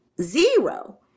zero